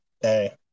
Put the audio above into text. hey